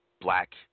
Black